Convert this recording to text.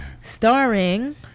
Starring